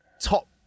top